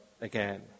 again